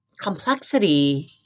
complexity